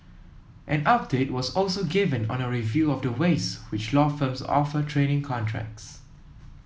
an update was also given on a review of the ways which law firms offer training contracts